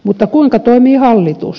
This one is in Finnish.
mutta kuinka toimii hallitus